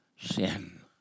sin